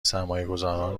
سرمایهگذاران